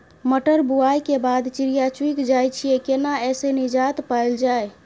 मटर बुआई के बाद चिड़िया चुइग जाय छियै केना ऐसे निजात पायल जाय?